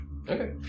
Okay